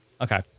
okay